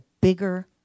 bigger